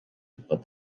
but